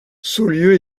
saulieu